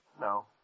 No